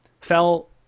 Fell